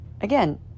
again